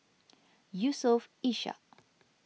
Yusof Ishak